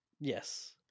yes